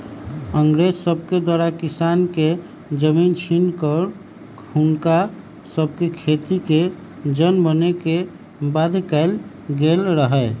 अंग्रेज सभके द्वारा किसान के जमीन छीन कऽ हुनका सभके खेतिके जन बने के बाध्य कएल गेल रहै